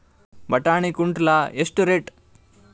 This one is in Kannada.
ಬಟಾಣಿ ಕುಂಟಲ ಎಷ್ಟು ರೇಟ್?